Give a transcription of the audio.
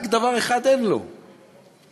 רק דבר אחד אין לו, עבודה.